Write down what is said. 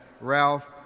Ralph